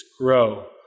grow